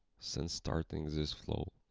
since starting this flow.